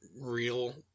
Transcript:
real